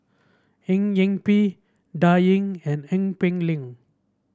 Eng Yee Peng Dan Ying and Ee Peng Liang